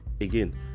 again